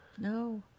no